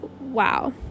wow